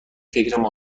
فکرم